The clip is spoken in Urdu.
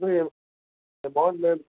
نہیں اماؤنٹ میں